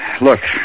Look